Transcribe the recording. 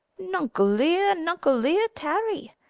nuncle lear, nuncle lear, tarry!